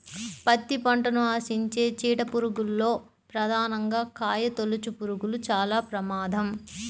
పత్తి పంటను ఆశించే చీడ పురుగుల్లో ప్రధానంగా కాయతొలుచుపురుగులు చాలా ప్రమాదం